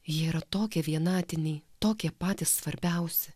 jie yra tokie vienatiniai tokie patys svarbiausi